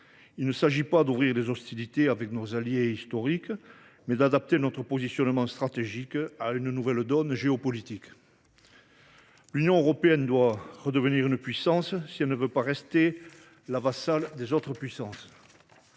Il s’agit non pas d’ouvrir les hostilités avec nos alliés historiques, mais d’adapter notre positionnement stratégique à cette nouvelle donne géopolitique. L’Union européenne doit redevenir une puissance si elle ne veut pas rester la vassale des autres puissances.